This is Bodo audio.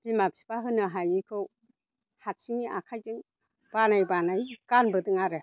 बिमा बिफा होनो हायिखौ हारसिंयै आखाइजों बानाय बानाय गानबोदों आरो